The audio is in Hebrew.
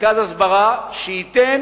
מרכז הסברה שייתן